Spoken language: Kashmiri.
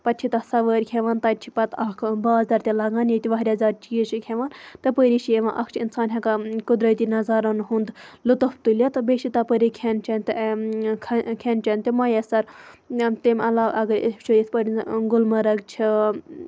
پَتہٕ چھِ تَتھ سَوٲرۍ کھیٚوان تَتہِ چھ پَتہٕ اکھ بازَر تہِ لَگان ییٚتہِ واریاہ زیادٕ چیٖز چھِ کھیٚوان تَپٲری چھِ یِوان اکھ چھُ اِنسان ہیٚکان قُدرتی نَظارَن ہُنٛد لطف تُلِتھ بیٚیہِ چھ تَپٲری کھیٚن چیٚن تہِ کھیٚن چیٚن تہِ تہِ موٚیَثَر تمہِ عَلاو اگر أسۍ وٕچھو اِتھ پٲٹھۍ گُلمرگ چھُ